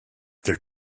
their